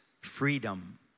freedom